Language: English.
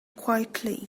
quietly